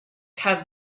have